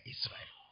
Israel